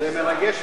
התשס"ט